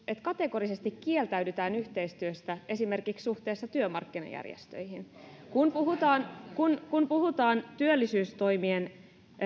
että kategorisesti kieltäydytään yhteistyöstä esimerkiksi suhteessa työmarkkinajärjestöihin kun kun puhutaan työllisyystoimien